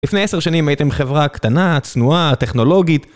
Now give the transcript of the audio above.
לפני עשר שנים הייתם חברה קטנה, צנועה, טכנולוגית.